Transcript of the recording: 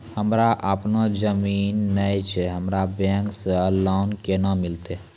हमरा आपनौ जमीन नैय छै हमरा बैंक से लोन केना मिलतै?